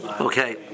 Okay